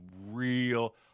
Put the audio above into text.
real